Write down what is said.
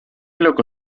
loco